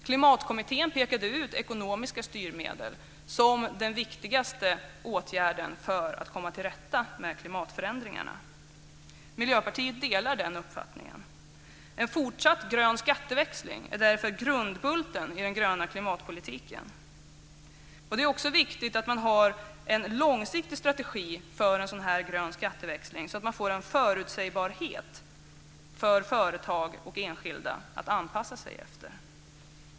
Klimatkommittén pekade ut ekonomiska styrmedel som den viktigaste åtgärden för att komma till rätta med klimatförändringarna. Miljöpartiet delar den uppfattningen. En fortsatt grön skatteväxling är därför grundbulten i den gröna klimatpolitiken. Det är också viktigt att man har en långsiktig strategi för en grön skatteväxling, så att man får en förutsägbarhet och så att företag och enskilda kan anpassa sig.